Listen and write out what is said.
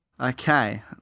Okay